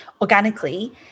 organically